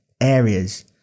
areas